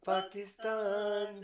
Pakistan